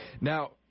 Now